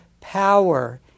power